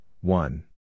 One